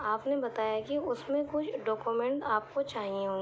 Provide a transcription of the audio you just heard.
آپ نے بتایا کہ اس میں کچھ ڈوکومینٹ آپ کو چاہیے ہوں گے